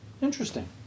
interesting